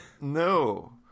No